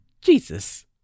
Jesus